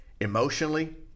emotionally